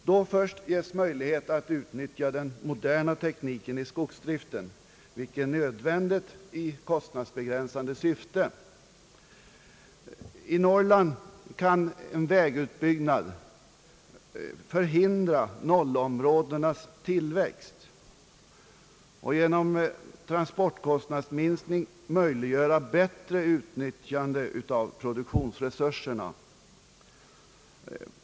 Då först ges möjlighet att utnyttja den moderna tekniken i skogsdriften, vilket är nödvändigt i kostnadsbegränsande syfte. I Norrland kan en vägutbyggnad förhindra nollområdenas tillväxt och genom transportkostnadsminskning möjliggöra bättre utnyttjande av produktionsresurserna.